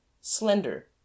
slender